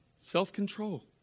self-control